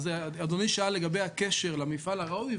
אדוני שאל לגבי הקשר למפעל הראוי,